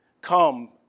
come